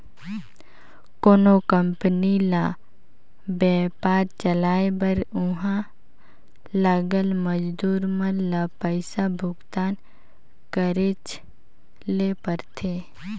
कोनो कंपनी ल बयपार चलाए बर उहां लगल मजदूर मन ल पइसा भुगतान करेच ले परथे